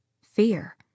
fear